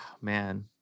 man